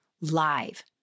live